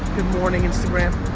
morning, instagram.